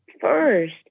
first